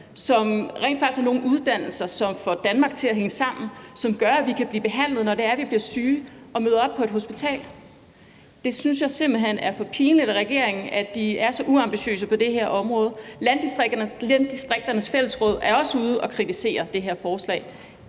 som rent faktisk er nogle uddannelser, som får Danmark til at hænge sammen, og som gør, at vi kan blive behandlet, når vi bliver syge og møder op på et hospital? Jeg synes simpelt hen, det er for pinligt for regeringen, at den er så uambitiøs på det her område. Landdistrikternes Fællesråd er også ude at kritisere det her forslag